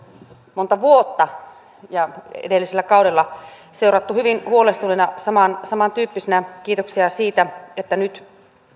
monta vuotta ja edellisellä kaudella seurattu hyvin huolestuneena samantyyppisenä kiitoksia siitä että nyt